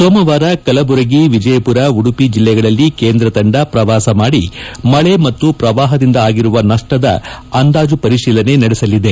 ಸೋಮವಾರ ಕಲಬುರಗಿ ವಿಜಯಪುರ ಉಡುಪಿ ಜಿಲ್ಲೆಗಳಲ್ಲಿ ಕೇಂದ್ರ ತಂಡ ಶ್ರವಾಸ ಮಾಡಿ ಮಳೆ ಮತ್ತು ಶ್ರವಾಪದಿಂದಾಗಿರುವ ನಷ್ಷದ ಅಂದಾಜು ಪರಿಶೀಲನೆ ನಡೆಸಲಿದೆ